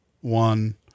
one